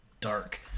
Dark